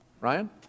Ryan